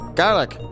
garlic